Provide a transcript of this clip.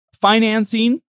financing